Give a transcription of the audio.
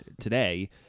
today